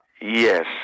yes